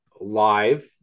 live